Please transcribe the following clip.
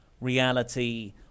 reality